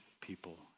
people